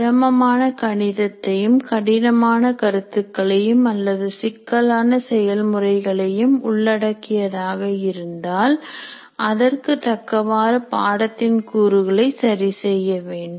சிரமமான கணிதத்தையும் கடினமான கருத்துக்களையும் அல்லது சிக்கலான செயல்முறைகளையும் உள்ளடக்கியதாக இருந்தால் அதற்குத் தக்கவாறு பாடத்தின் கூறுகளை சரிசெய்யவேண்டும்